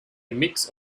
mix